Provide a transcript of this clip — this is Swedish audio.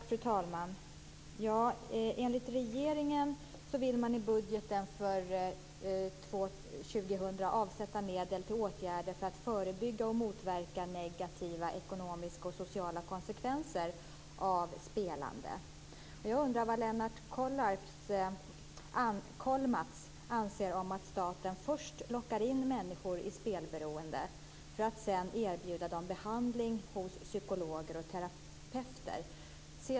Fru talman! Enligt regeringen vill man i budgeten för 2000 avsätta medel till åtgärder för att förebygga och motverka negativa ekonomiska och sociala konsekvenser av spelande. Jag undrar vad Lennart Kollmats anser om att staten först lockar in människor i spelberoende för att sedan erbjuda dem behandling hos psykologer och terapeuter.